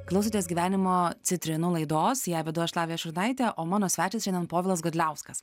klausotės gyvenimo citrinų laidos ją vedu aš lavija šurnaitė o mano svečias šiandien povilas godliauskas